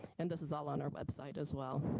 and this is all on our website as well.